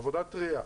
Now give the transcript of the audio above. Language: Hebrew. עבודה טרייה,